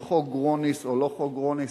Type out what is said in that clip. עם חוק גרוניס או לא חוק גרוניס,